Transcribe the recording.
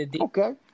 Okay